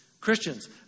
Christians